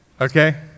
Okay